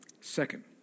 Second